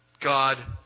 God